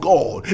God